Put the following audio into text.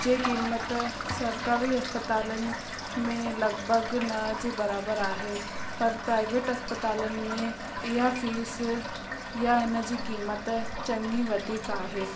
जे कीमत सरकारि अस्पतालनि में लॻभॻि न जे बराबरि आहे पर प्राईविट अस्पतालनि इहा फीस या इनजी क़ीमत चङी वधीक आहे